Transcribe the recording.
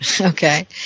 Okay